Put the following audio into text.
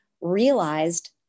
realized